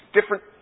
different